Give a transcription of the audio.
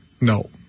No